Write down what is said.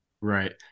Right